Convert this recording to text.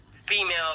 female